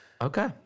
Okay